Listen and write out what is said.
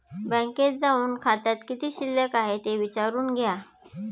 बँकेत जाऊन खात्यात किती शिल्लक आहे ते विचारून घ्या